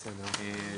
בסדר.